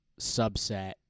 subset